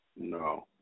No